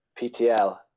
PTL